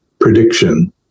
prediction